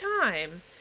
time